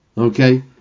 Okay